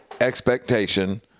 expectation